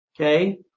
okay